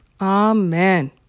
Amen